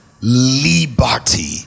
liberty